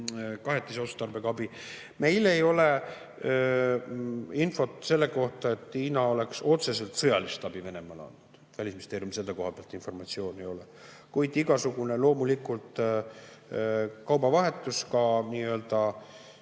kahetise otstarbega abi. Meil ei ole infot selle kohta, et Hiina oleks otseselt sõjalist abi Venemaale andnud. Välisministeeriumil selle koha pealt informatsiooni ei ole. Kuid igasugune kaubavahetus, mis